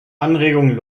anregungen